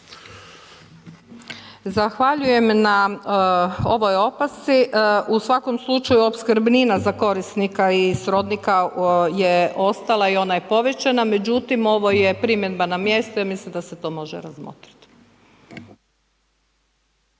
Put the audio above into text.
Zahvaljujem na ovoj opasci. U svakom slučaju opskrbnina za korisnika i srodnika je ostala i ona je povećana. Međutim, ovo je primjedba na mjestu, ja mislim da se to može razmotriti.